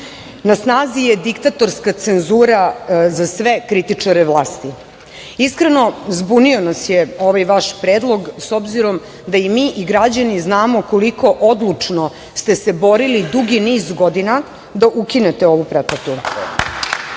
Na snazi je diktatorska cenzura za sve kritičare vlasti. Iskreno, zbunio nas je ovaj vaš predlog s obzirom da i mi i građani znamo koliko odlučno ste se borili dugi niz godina da ukinete ovu pretplatu.